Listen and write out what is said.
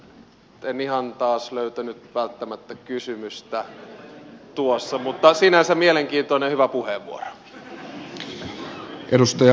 nyt en ihan taas löytänyt välttämättä kysymystä tuossa mutta sinänsä mielenkiintoinen hyvä puheenvuoro